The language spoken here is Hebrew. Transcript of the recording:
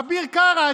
אביר קארה,